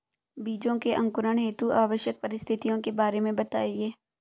बीजों के अंकुरण हेतु आवश्यक परिस्थितियों के बारे में बताइए